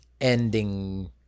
ending